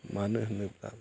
मानो होनोब्ला